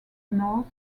north